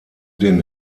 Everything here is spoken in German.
den